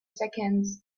seconds